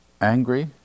angry